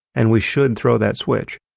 and we should throw that switch.